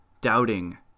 doubting